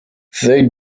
they